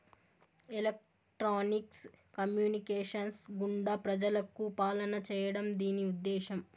electronics communications గుండా ప్రజలకు పాలన చేయడం దీని ఉద్దేశం